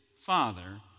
father